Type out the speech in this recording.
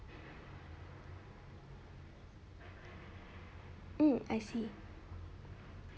um I see